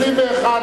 התש"ע 2010, נתקבל.